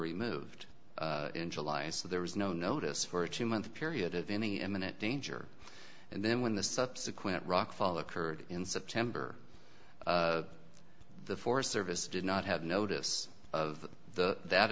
removed in july and so there was no notice for a two month period of any imminent danger and then when the subsequent rockfall occurred in september the forest service did not have notice of the that